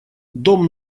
дом